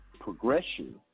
progression